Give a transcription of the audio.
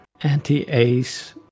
anti-ace